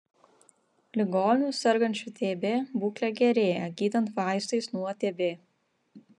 ligonių sergančių tb būklė gerėja gydant vaistais nuo tb